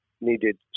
needed